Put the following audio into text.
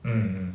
mm mm